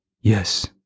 Yes